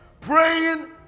Praying